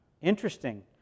Interesting